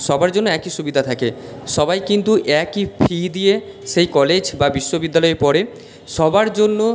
সবার জন্য একই সুবিদা থাকে সবাই কিন্তু একই ফি দিয়ে সেই কলেজ বা বিশ্ববিদ্যালয়ে পড়ে সবার জন্য